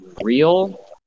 real